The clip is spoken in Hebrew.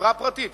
חברת פרטית,